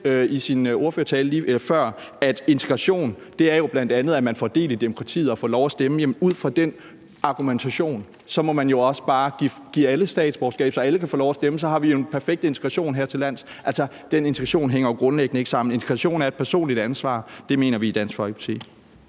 i sin tale lige før, at integrationen bl.a. er det, at man får del i demokratiet, og at man får lov til at stemme. Jamen ud fra den argumentation må man jo også bare give alle et statsborgerskab, så alle kan få lov at stemme. Så har vi jo en perfekt integration hertillands. Altså, den argumentation hænger jo grundlæggende ikke sammen, for integrationen er et personligt ansvar. Det mener vi i Dansk Folkeparti.